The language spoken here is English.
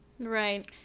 Right